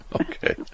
okay